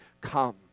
come